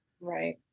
Right